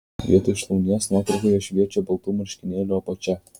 vietoj šlaunies nuotraukoje šviečia baltų marškinėlių apačia